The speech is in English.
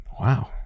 Wow